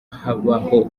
habaho